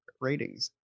ratings